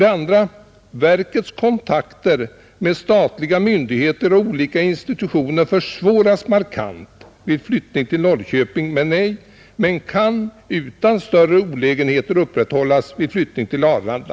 2) Verkets kontakter med statliga myndigheter och olika institutioner försvåras markant vid flyttning till Norrköping men kan utan större olägenheter upprätthållas vid flyttning till Arlanda.